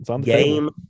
Game